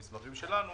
במסמכים שלנו